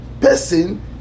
person